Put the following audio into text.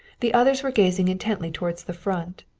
the others were gazing intently toward the front.